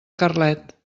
carlet